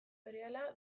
berehala